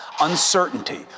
Uncertainty